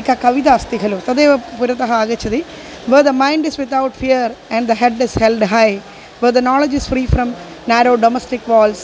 एका कविता अस्ति खलु तदेव पुरतः आगच्छति where the mind is without fear and the head is held high where the knowledge is free from narrow domestic walls